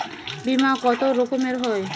বিমা কত রকমের হয়?